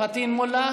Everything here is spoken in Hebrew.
חבר הכנסת פטין מולא,